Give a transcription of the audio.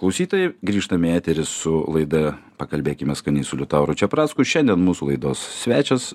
klausytojai grįžtame į eterį su laida pakalbėkime skaniai su liutauru čepracku šiandien mūsų laidos svečias